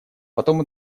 потом